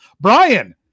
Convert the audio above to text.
Brian